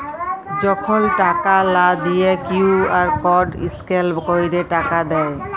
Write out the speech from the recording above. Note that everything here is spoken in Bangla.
যখল টাকা লা দিঁয়ে কিউ.আর কড স্ক্যাল ক্যইরে টাকা দেয়